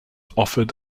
offered